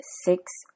six